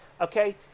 okay